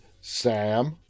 Sam